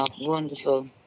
Wonderful